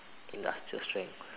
industrial strength